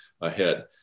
ahead